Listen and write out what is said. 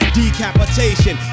decapitation